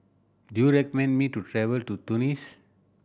do you recommend me to travel to Tunis